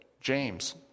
James